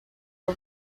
for